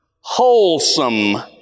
wholesome